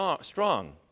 strong